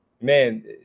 man